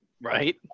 Right